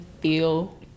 feel